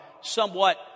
somewhat